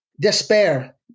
Despair